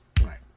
Right